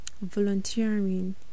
volunteering